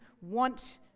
want